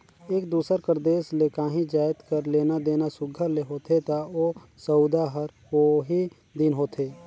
एक दूसर कर देस ले काहीं जाएत कर लेना देना सुग्घर ले होथे ता ओ सउदा हर ओही दिन होथे